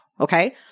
Okay